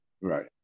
Right